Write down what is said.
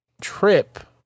trip